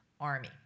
Army